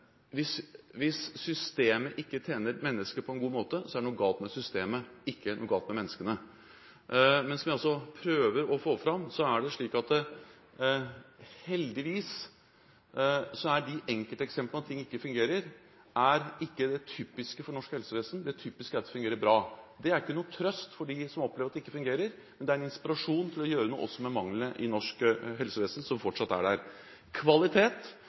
Hvis systemet ikke tjener mennesket på en god måte, er det noe galt med systemet – ikke noe galt med menneskene. Men som jeg prøver å få fram, er det slik at heldigvis er de enkelteksemplene på at ting ikke fungerer, ikke det typiske for norsk helsevesen – det typiske er at det fungerer bra. Det er ikke noen trøst for dem som opplever at det ikke fungerer, men det er en inspirasjon til å gjøre noe med manglene som fortsatt er der i norsk helsevesen.